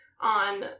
on